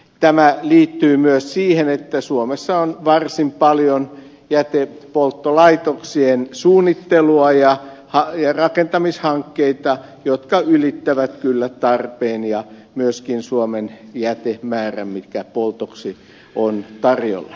tämä liittyy myös siihen että suomessa on varsin paljon jätteenpolttolaitoksien suunnittelua ja rakentamishankkeita jotka ylittävät kyllä tarpeen ja myöskin suomen jätemäärän mikä poltoksi on tarjolla